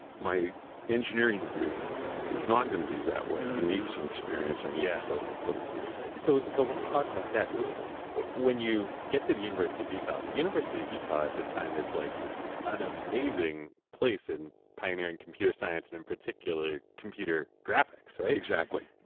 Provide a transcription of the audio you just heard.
my engineering degree is not going to be that way. i need some experience. um yeah so so let's talk about that when you get to the university of utah. the university of utah at this time is like an amazing place in pioneering computer science, and in particular, computer graphics. exactly.